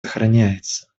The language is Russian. сохраняется